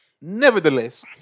Nevertheless